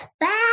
Bye